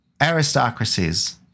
aristocracies